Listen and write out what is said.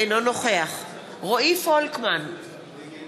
אינו נוכח רועי פולקמן, נגד